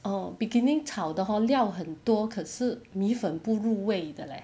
orh beginning 炒的 hor 料很多可是米粉不入味的 leh